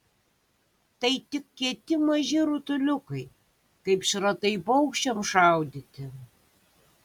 tai tik kieti maži rutuliukai kaip šratai paukščiams šaudyti